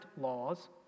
laws